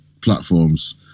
platforms